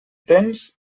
tens